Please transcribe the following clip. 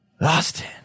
Austin